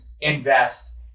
invest